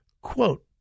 Quote